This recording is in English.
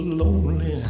lonely